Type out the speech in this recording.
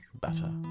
better